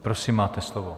Prosím, máte slovo.